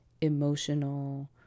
emotional